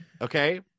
Okay